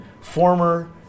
Former